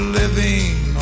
living